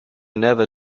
never